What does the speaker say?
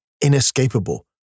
inescapable